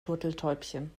turteltäubchen